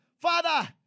Father